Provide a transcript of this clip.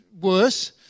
worse